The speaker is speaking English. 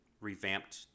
revamped